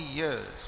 years